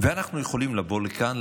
ואנחנו יכולים לבוא לכאן,